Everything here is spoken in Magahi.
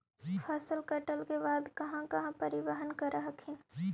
फसल कटल के बाद कहा कहा परिबहन कर हखिन?